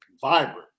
vibrant